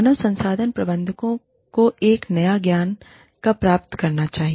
मानव संसाधन प्रबंधकों को एक नया ज्ञान कब प्राप्त करना चाहिए